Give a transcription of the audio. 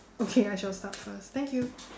okay I shall start first thank you